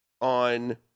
on